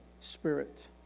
spirit